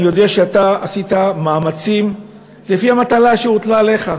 אני יודע שאתה עשית מאמצים לפי המטלה שהוטלה עליך.